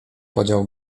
podział